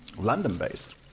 London-based